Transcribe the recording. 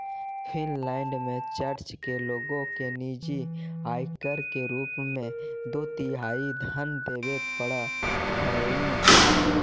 Finland में church के लोग के निजी आयकर के रूप में दो तिहाई धन देवे पड़ऽ हई